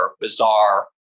bizarre